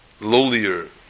lowlier